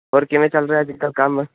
ਹੋਰ ਕਿਮੇਂ ਚੱਲ ਰਿਹਾ ਅੱਜ ਕੱਲ੍ਹ ਕੰਮ